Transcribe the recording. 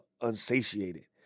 unsatiated